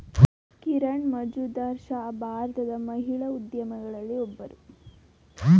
ಕಿರಣ್ ಮಜುಂದಾರ್ ಶಾ ಭಾರತದ ಮಹಿಳಾ ಉದ್ಯಮಿಗಳಲ್ಲಿ ಒಬ್ಬರು